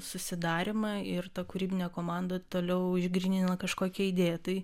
susidarymą ir ta kūrybinė komanda toliau išgrynina kažkokią įdėją tai